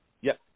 Yes